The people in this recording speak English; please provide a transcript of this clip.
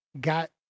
got